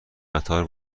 قطار